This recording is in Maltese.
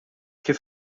kif